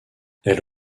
elle